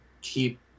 keep